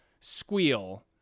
squeal